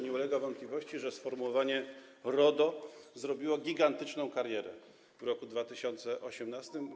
Nie ulega wątpliwości, że sformułowanie „RODO” zrobiło gigantyczną karierę w roku 2018.